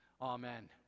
amen